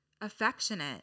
affectionate